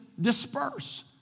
disperse